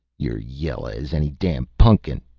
you're yella as any damn pun'kin!